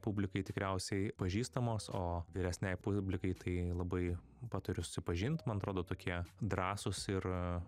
publikai tikriausiai pažįstamos o vyresnei publikai tai labai patariu susipažint man atrodo tokie drąsūs ir